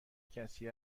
کسی